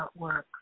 artwork